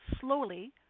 slowly